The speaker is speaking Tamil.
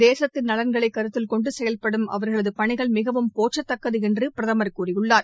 தேசத்தின் நலன்களை கருத்தில்கொண்டு செயல்படும் அவர்களது பணிகள் மிகவும் போற்றத்தக்கது என்று பிரதமர் கூறியுள்ளார்